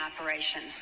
operations